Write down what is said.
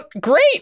great